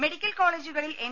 medical കോളജുകളിൽ M